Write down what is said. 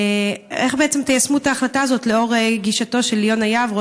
ואיך בעצם תיישמו את ההחלטה הזאת לאור גישתו של יונה יהב,